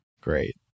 Great